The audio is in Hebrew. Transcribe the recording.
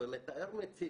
אמר לא אמת.